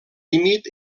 límit